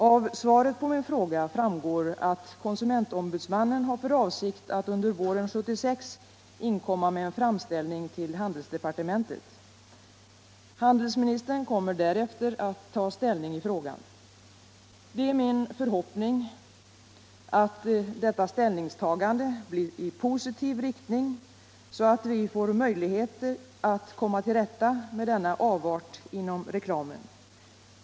Av svaret på min fråga framgår att konsumentombudsmannen har för avsikt att under våren 1976 inkomma med en framställning till handelsdepartementet. Handelsministern kommer därefter att ta ställning i frågan. Det är min förhoppning att detta ställningstagande blir i positiv riktning så att vi får möjligheter att komma till rätta ”med denna avart inom reklamen.